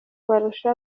barusha